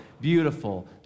beautiful